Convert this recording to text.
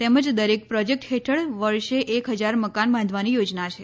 તેમજ દરેક પ્રોજેકટ હેઠળ વર્ષે એક હજાર મકાન બાંધવાની યોજના છે